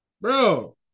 bro